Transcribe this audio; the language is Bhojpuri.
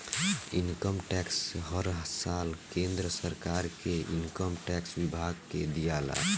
इनकम टैक्स हर साल केंद्र सरकार के इनकम टैक्स विभाग के दियाला